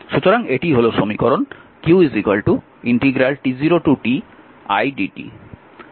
সুতরাং এটি হল সমীকরণ q এটি হল সমীকরণ 12